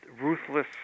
ruthless